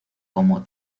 como